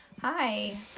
Hi